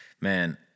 Man